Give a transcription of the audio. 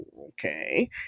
okay